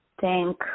thank